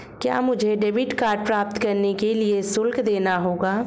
क्या मुझे debit card प्राप्त करने के लिए शुल्क देना होगा?